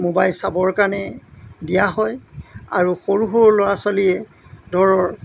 mobile চাবৰ কাৰণে দিয়া হয় আৰু সৰু সৰু ল'ৰা ছোৱালীয়ে ধৰ